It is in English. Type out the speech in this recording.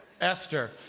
Esther